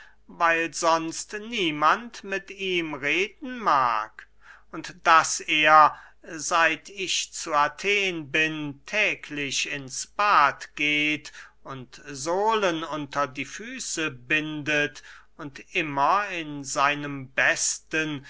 weil sonst niemand mit ihm reden mag und daß er seit ich zu athen bin täglich ins bad geht und sohlen unter die füße bindet und immer in seinem besten